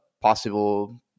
possible